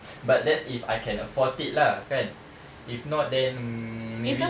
but that's if I can afford it lah kan if not then hmm maybe